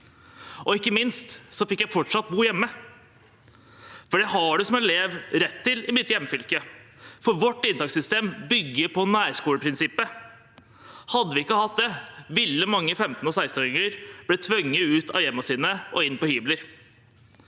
Ikke minst fikk jeg fortsatt bo hjemme, for det har man som elev rett til i mitt hjemfylke. Vårt inntakssystem bygger på nærskoleprinsippet. Hadde vi ikke hatt det, ville mange 15- og 16-åringer blitt tvunget ut av hjemmet sitt og inn på hybel